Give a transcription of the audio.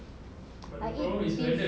I eat beef